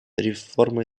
реформы